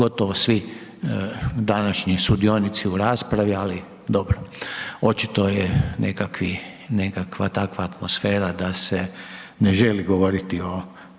gotovo svi današnji sudionici u raspravi, ali dobro. Očito je nekakva takva atmosfera da se ne želi govoriti o